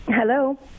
Hello